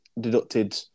deducted